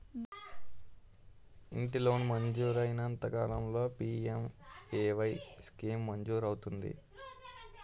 ఇంటి లోన్ మంజూరైన ఎంత కాలంలో పి.ఎం.ఎ.వై స్కీమ్ మంజూరు అవుతుంది?